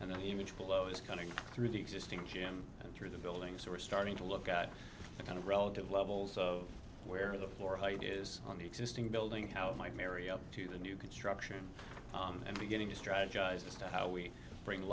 and the image below is coming through the existing g m through the buildings are starting to look at the kind of relative levels of where the more light is on the existing building how it might marry up to the new construction and beginning to strategize just how we bring